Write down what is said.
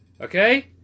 okay